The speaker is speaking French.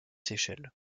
seychelles